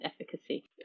efficacy